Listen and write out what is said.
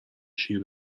شیر